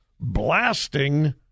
blasting